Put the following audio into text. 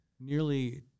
nearly